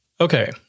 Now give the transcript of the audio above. Okay